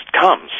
comes